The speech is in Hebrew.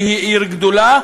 שהיא עיר גדולה,